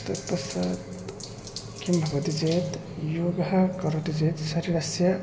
तत्पश्चात् किं भवति चेत् योगः करोति चेत् शरीरस्य